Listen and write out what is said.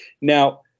Now